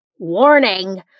Warning